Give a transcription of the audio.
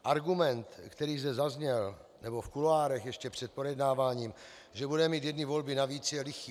Argument, který zde zazněl, nebo v kuloárech ještě před projednáváním, že budeme mít jedny volby navíc, je lichý.